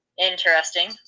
interesting